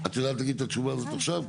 את יודעת להגיד את התשובה הזאת עכשיו?